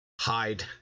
hide